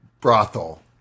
brothel